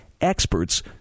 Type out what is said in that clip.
experts